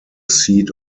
seat